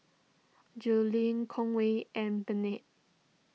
Julie Conway and